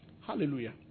Hallelujah